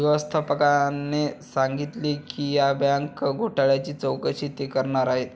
व्यवस्थापकाने सांगितले की या बँक घोटाळ्याची चौकशी ते करणार आहेत